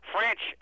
French